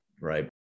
right